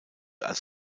als